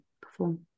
perform